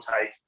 take